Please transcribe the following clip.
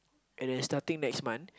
and they starting next month